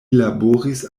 laboris